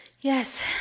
Yes